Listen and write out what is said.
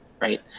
right